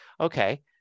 okay